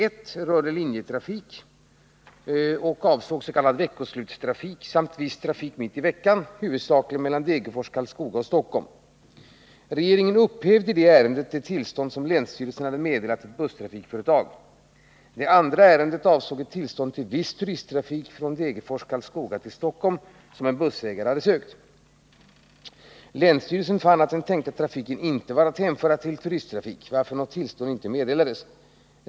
Ett av dem rörde linjetrafik och avsåg s.k. veckoslutstrafik samt viss trafik mitt i veckan, huvudsakligen mellan Degerfors-Karlskoga och Stockholm. Regeringen upphävde i det ärendet det tillstånd som länsstyrelsen hade meddelat ett busstrafikföretag. Det andra ärendet avsåg ett tillstånd till viss turisttrafik från Degerfors-Karlskoga till Stockholm som en bussägare hade sökt. Länsstyrelsen fann att den tänkta trafiken inte var att hänföra till turisttrafik, varför något tillstånd inte meddelades.